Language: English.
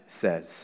says